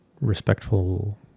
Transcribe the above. respectful